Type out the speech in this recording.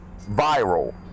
viral